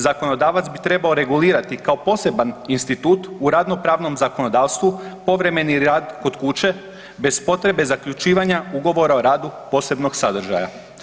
Zakonodavac bi trebao regulirati kao poseban institut u radno-pravnom zakonodavstvu povremeni rad kod kuće, bez potrebe zaključivanja ugovora o radu posebnog sadržaja.